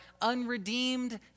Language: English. unredeemed